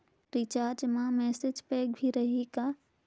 Recharge मा message pack भी रही का?